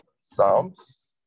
Psalms